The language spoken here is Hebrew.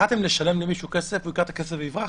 פחדתם לשלם למישהו כסף והוא ייקח את הכסף ויברח?